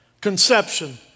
Conception